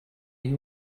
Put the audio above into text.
you